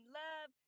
love